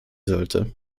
sollte